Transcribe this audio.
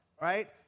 right